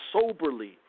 soberly